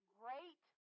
great